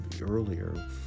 earlier